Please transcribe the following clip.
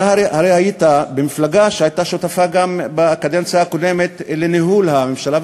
אתה הרי במפלגה שהייתה שותפה בקדנציה הקודמת לניהול הממשלה,